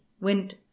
went